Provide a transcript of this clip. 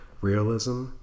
realism